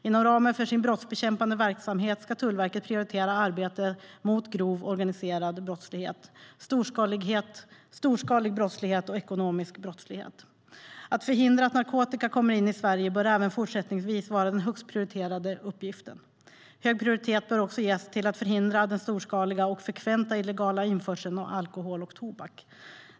Inom ramen för sin brottsbekämpande verksamhet ska Tullverket prioritera arbete mot grov organiserad brottslighet, storskalig brottslighet och ekonomisk brottslighet. Att förhindra att narkotika kommer in i Sverige bör även fortsättningsvis vara den högst prioriterade uppgiften. Hög prioritet bör också ges till att förhindra den storskaliga och frekventa illegala införseln av alkohol och tobak.